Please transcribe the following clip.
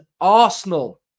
Arsenal